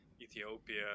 Ethiopia